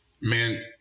man